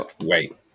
wait